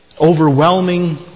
overwhelming